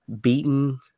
beaten